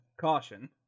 Caution